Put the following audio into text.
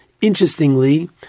Interestingly